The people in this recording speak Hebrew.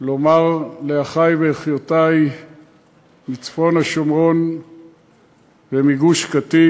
לומר לאחי ולאחיותי מצפון השומרון ומגוש-קטיף,